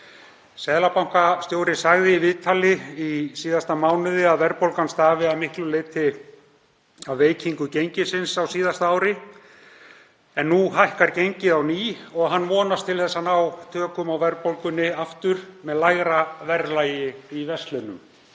Seðlabankastjóri sagði í viðtali í síðasta mánuði að verðbólgan stafaði að miklu leyti af veikingu gengisins á síðasta ári, en nú hækkar gengið á ný og hann vonast til að ná tökum á verðbólgunni aftur með lægra verðlagi í verslunum,